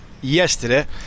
yesterday